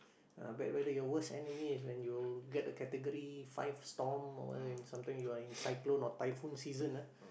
ah bad weather your worst enemy is when you get the category five storm or sometime you are in cyclone or typhoon season ah